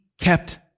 kept